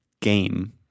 game